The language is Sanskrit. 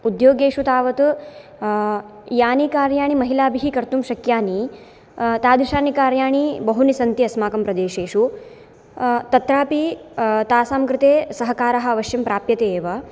उद्योगेषु तावत् यानि कार्याणि महिलाभिः कर्तुं शक्यानि तादृशाणि कार्याणि बहूनि सन्ति अस्माकं प्रदेशेषु तत्रापि तासां कृते सहकारः अवश्यं प्राप्यते एव